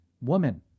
woman